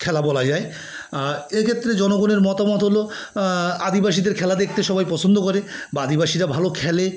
খেলা বলা যায় এ ক্ষেত্রে জনগণের মতামত হল আদিবাসীদের খেলা দেখতে সবাই পছন্দ করে বা আদিবাসীরা ভালো খেলে